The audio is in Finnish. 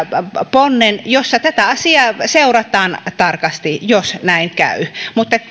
ponnen jossa tätä asiaa seurataan tarkasti jos näin käy mutta